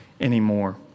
anymore